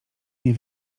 nie